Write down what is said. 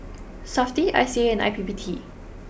Safti I C A and I P P T